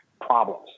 problems